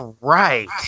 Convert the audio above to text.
right